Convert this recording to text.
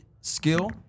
skill